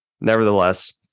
nevertheless